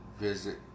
visit